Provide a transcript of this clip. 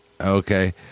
okay